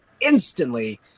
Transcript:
instantly